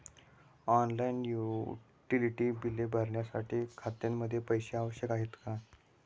Online utility बिले भरण्यासाठी खात्यामध्ये पैसे आवश्यक असतात का?